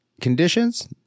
conditions –